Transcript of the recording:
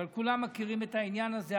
אבל כולם מכירים את העניין הזה,